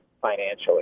financially